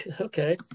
Okay